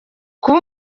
kuba